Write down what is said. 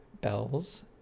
Bells